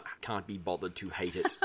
can't-be-bothered-to-hate-it